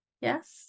Yes